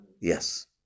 Yes